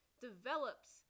develops